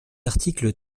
article